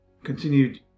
Continued